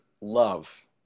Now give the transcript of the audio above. love